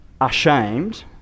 ashamed